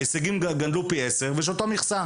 ההישגים גדלו פי עשרה אבל יש אותה מכסה.